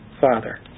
Father